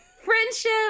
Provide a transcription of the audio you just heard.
Friendship